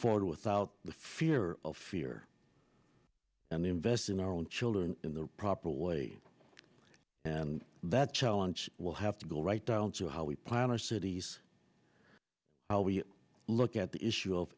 forward without fear of fear and investing our own children in the proper way and that challenge will have to go right down to how we plan our cities how we look at the issue of